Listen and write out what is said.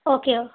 okay